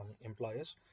employers